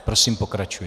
Prosím, pokračujte.